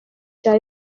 cya